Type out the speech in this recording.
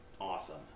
awesome